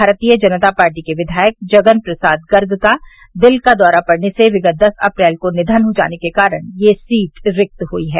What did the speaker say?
भारतीय जनता पार्टी के विधायक जगन प्रसाद गर्ग का दिल का दौरा पड़ने से विगत दस अप्रैल को निधन हो जाने के कारण यह सीट रिक्त हुई है